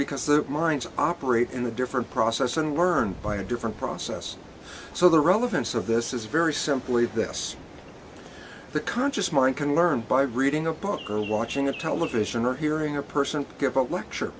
because that minds operate in a different process and learn by a different process so the relevance of this is very simply this the conscious mind can learn by reading a book or watching a television or hearing a person get lecture